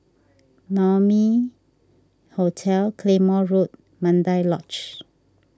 Naumi Hotel Claymore Road Mandai Lodge